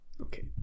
Okay